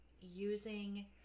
using